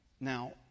Now